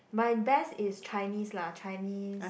my best is Chinese lah Chinese